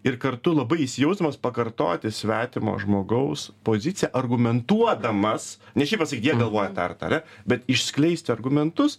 ir kartu labai įsijausdamas pakartoti svetimo žmogaus poziciją argumentuodamas ne šiaip pasakyt jie galvoja tą ir tą ar ne bet išskleisti argumentus